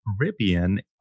Caribbean